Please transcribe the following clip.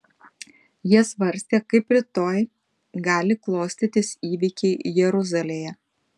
jie svarstė kaip rytoj gali klostytis įvykiai jeruzalėje